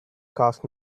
cast